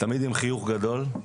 תמיד עם חיוך גדול,